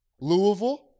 Louisville